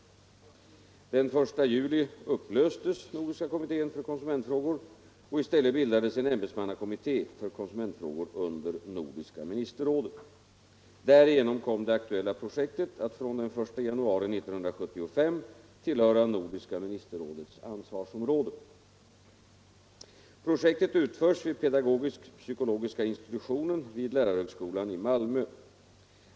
Den 1 juli 1974 upplöstes Nordiska kommittén för konsumentfrågor, och i stället bildades en ämbetsmannakommitté för konsumentfrågor under Nordiska ministerrådet. Därigenom kom det aktuella projektet att från den 1 januari 1975 tillhöra Nordiska ministerrådets ansvarsområde. Projektet utförs vid pedagogisk-psykologiska institutionen vid lärarhögskolan i Malmö.